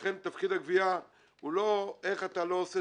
לכן תפקיד הגבייה הוא לא איך אתה לא עושה